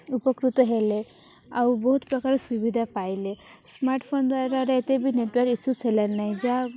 ଉପକୃତ ହେଲେ ଆଉ ବହୁତ ପ୍ରକାର ସୁବିଧା ପାଇଲେ ସ୍ମାର୍ଟ୍ଫୋନ୍ ଦ୍ୱାରା ଏତେ ବି ନେଟ୍ୱାର୍କ୍ ଇସ୍ୟୁ ହେଲାନାହିଁ ଯାହା